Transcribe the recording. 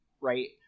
right